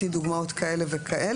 שממנה,